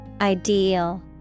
Ideal